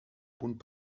punt